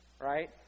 Right